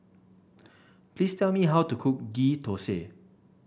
please tell me how to cook Ghee Thosai